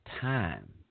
time